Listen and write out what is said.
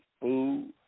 food